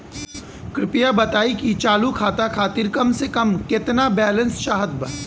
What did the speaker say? कृपया बताई कि चालू खाता खातिर कम से कम केतना बैलैंस चाहत बा